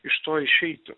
iš to išeiti